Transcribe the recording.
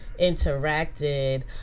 interacted